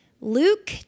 Luke